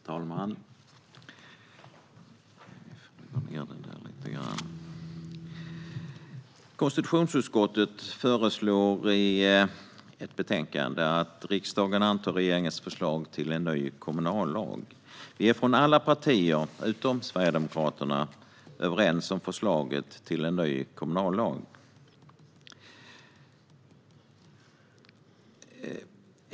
Herr talman! Konstitutionsutskottet föreslår i betänkande KU30 att riksdagen antar regeringens förslag till en ny kommunallag. Vi är från alla partier, utom från Sverigedemokraterna, överens om förslaget till en ny kommunallag.